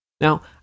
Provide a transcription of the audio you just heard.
Now